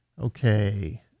okay